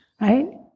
right